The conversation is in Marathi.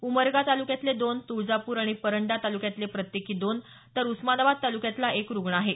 उमरगा तालुक्यातले दोन तुळजापूर आणि परंडा तालुक्यातले प्रत्येकी दोन तर उस्मानाबाद तालुक्यातला एक रुग्ण आहे